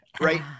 right